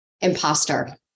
imposter